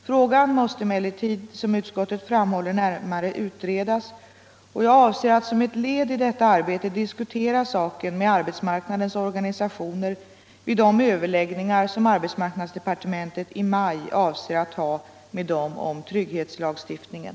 Frågan måste emellertid som utskottet framhåller närmare utredas, och jag avser att som ett led i detta arbete diskutera saken med arbetsmarknadens organisationer vid de överläggningar som arbetsmarknadsdepartementet i maj kommer att ha med dem om trygghetslagstiftningen.